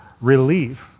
relief